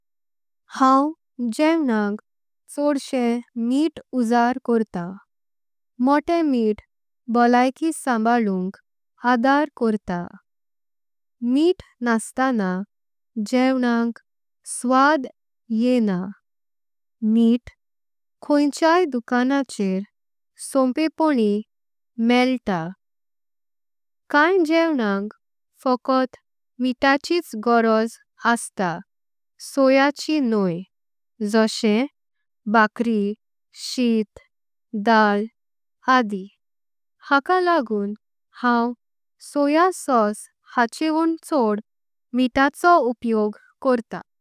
हांव जेवणाक चौदशे मित उजार करता मोटे मित। बोल्लैकि बरी संभाळुंक आधार करता मित नास्ताना। जेवणांक स्वाद येना मित खोयच्ये। दु खाणाचेर सोंपेप्पोन्नी मेळता काय जेवणाक फोकट। मिताचीच गोरोज असता सोयाची न्होय जोशें भाकरी। शीत डाळ आदी हाका लागत हांव सोया सॉस। हाचेरौं चोड मिताचो उपयोग करता।